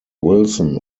wilson